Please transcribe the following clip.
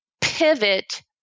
pivot